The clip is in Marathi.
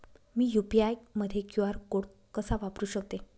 मी यू.पी.आय मध्ये क्यू.आर कोड कसा वापरु शकते?